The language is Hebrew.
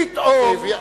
פתאום,